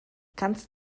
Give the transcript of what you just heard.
kannst